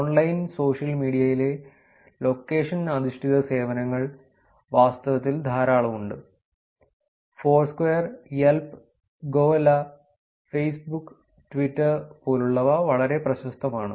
online social മീഡിയയിലെ location അധിഷ്ഠിത സേവനങ്ങൾ വാസ്തവത്തിൽ ധാരാളം ഉണ്ട് Foursquare Yelp Gowalla Facebook Twitter പോലുള്ളവ വളരെ പ്രശസ്തമാണ്